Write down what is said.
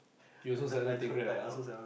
you also seldom take Grab ah now